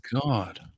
god